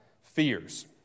fears